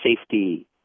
safety